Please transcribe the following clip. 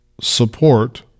support